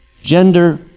gender